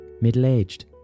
middle-aged